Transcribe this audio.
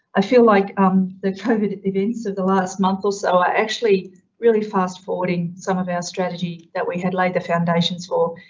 i feel like um the covid events of the last month or so, i actually really fast forwarding some of our strategy that we had laid the foundations for.